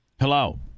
Hello